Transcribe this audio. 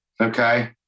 Okay